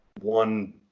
one